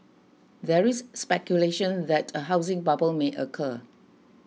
there is speculation that a housing bubble may occur